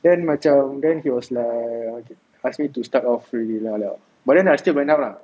then macam then he was like ask me to start off really lah but then I still went out lah